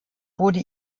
wurde